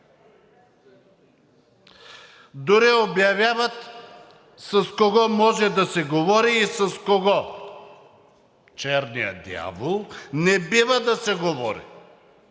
дори обявяват с кого може да се говори и с кого не. С „черния дявол“ не бива да се говори,